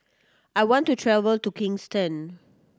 I want to travel to Kingston